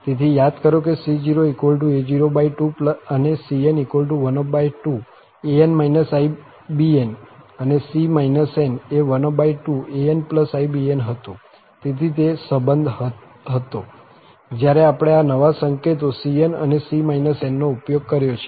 તેથી યાદ કરો કે c0a02 અને cn12an ibn અને c n એ 12anibn હતું તેથી તે સંબંધ હતો જ્યારે આપણે આ નવા સંકેતો Cn અને C nનો ઉપયોગ કર્યો છે